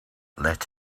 let